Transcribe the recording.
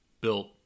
built